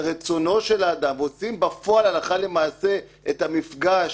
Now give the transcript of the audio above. על רצונו של האדם ועושים בפועל הלכה למעשה את המפגש,